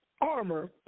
armor